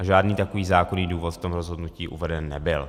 Žádný takový zákonný důvod v tom rozhodnutí uveden nebyl.